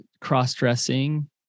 cross-dressing